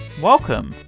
welcome